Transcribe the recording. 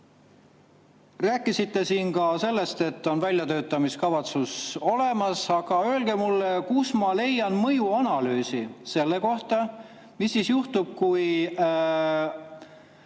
Rääkisite ka sellest, et väljatöötamiskavatsus on olemas. Aga öelge mulle, kust ma leian mõjuanalüüsi selle kohta, mis siis juhtub, kui